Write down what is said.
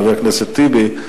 חבר הכנסת טיבי,